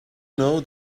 know